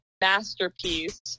masterpiece